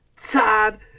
Todd